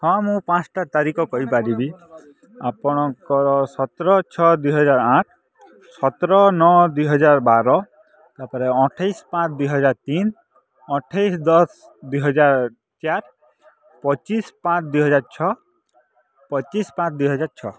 ହଁ ମୁଁ ପାଞ୍ଚଟା ତାରିଖ କହିପାରିବି ଆପଣଙ୍କର ସତର ଛଅ ଦୁଇ ହଜାର ଆଠ ସତର ନଅ ଦୁଇ ହଜାର ବାର ତାପରେ ଅଠେଇଶି ପାଞ୍ଚ ଦୁଇ ହଜାର ତିନି ଅଠେଇଶି ଦଶ ଦୁଇ ହଜାର ଚାର୍ଇ ପଚିଶି ପାଞ୍ଚ ଦୁଇ ହଜାର ଛଅ ପଚିଶି ପାଞ୍ଚ ଦୁଇ ହଜାର ଛଅ